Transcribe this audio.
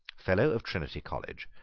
fellow of trinity college,